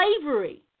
slavery